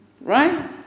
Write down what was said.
Right